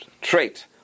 trait